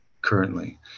currently